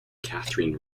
katherine